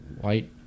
White